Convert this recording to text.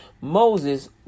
Moses